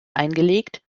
eingelegt